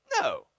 No